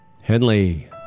Henley